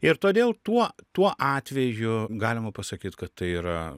ir todėl tuo tuo atveju galima pasakyt kad tai yra